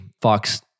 Fox